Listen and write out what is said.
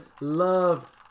love